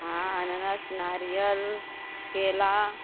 हाँ अनानास नारियल केला